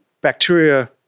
bacteria